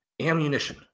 ammunition